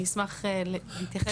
אני אשמח להתייחס.